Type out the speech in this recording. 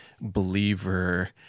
believer